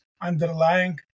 underlying